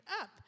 up